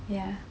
ya